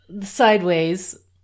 sideways